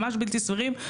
ממש בלתי סבירים.